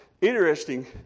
interesting